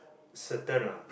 certain ah